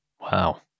Wow